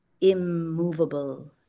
immovable